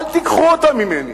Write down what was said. אל תיקחו אותה ממני,